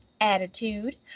attitude